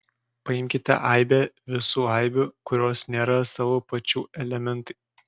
paimkite aibę visų aibių kurios nėra savo pačių elementai